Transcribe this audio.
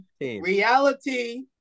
Reality